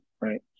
right